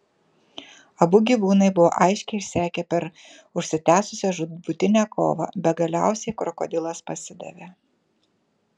abu gyvūnai buvo aiškiai išsekę per užsitęsusią žūtbūtinę kovą be galiausiai krokodilas pasidavė